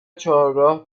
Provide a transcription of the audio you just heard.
چهارراه